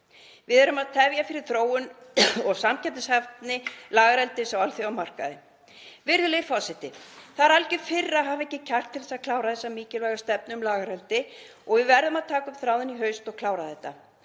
Við erum að tefja fyrir þróun og samkeppnishæfni lagareldis á alþjóðamarkaði. Virðulegi forseti. Það er algjör firra að hafa ekki kjark til að klára þessa mikilvægu stefnu um lagareldi og við verðum að taka upp þráðinn í haust og klára þetta.